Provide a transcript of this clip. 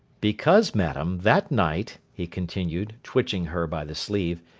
because, madam, that night he continued, twitching her by the sleeve,